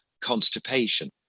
constipation